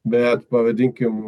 bet pavadinkim